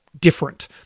different